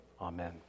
Amen